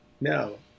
No